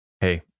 Hey